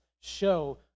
show